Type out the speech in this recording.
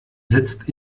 sitzt